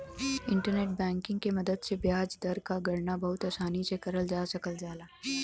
internet banking के मदद से ब्याज दर क गणना बहुत आसानी से करल जा सकल जाला